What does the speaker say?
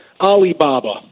Alibaba